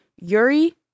Yuri